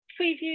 preview